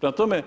Prema tome,